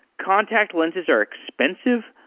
contact lenses are expensive.